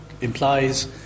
implies